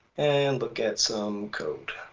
and look at some code.